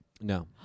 No